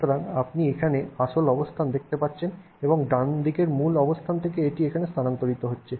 সুতরাং আপনি এখানে আসল অবস্থান দেখতে পাচ্ছেন এবং ডান মূল অবস্থান থেকে এটি এখানে স্থানান্তরিত হয়েছে